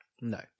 No